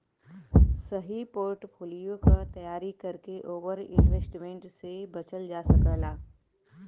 सही पोर्टफोलियो क तैयारी करके ओवर इन्वेस्टमेंट से बचल जा सकला